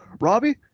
Robbie